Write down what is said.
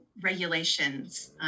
regulations